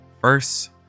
First